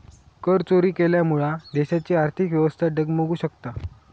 करचोरी केल्यामुळा देशाची आर्थिक व्यवस्था डगमगु शकता